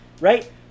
right